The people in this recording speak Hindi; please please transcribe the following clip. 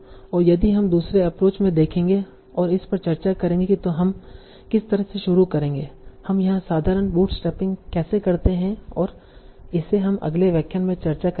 और यही हम दूसरे एप्रोच में देखेंगे और इस पर चर्चा करेंगे कि हम किस तरह से शुरू करेंगे हम यहां साधारण बूटस्ट्रैपिंग कैसे करते हैं और इसे हम अगले व्याख्यान में चर्चा करेंगे